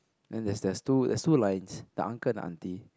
and there's there's two there's two lines the uncle and the aunty